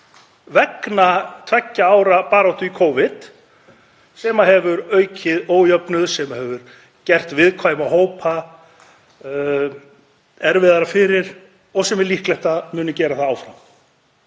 vegna tveggja ára baráttu í Covid sem hefur aukið ójöfnuð, sem hefur gert viðkvæmum hópum erfiðara fyrir og er líklegt að muni gera það áfram,